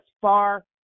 far